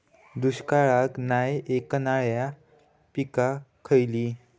दुष्काळाक नाय ऐकणार्यो पीका खयली?